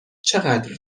چقدر